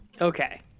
Okay